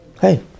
hey